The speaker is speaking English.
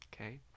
okay